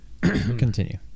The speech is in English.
continue